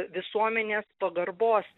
visuomenės pagarbos